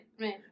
right